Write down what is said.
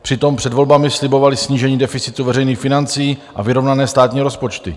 Přitom před volbami slibovali snížení deficitu veřejných financí a vyrovnané státní rozpočty.